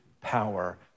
power